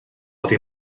oddi